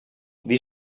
wie